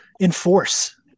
enforce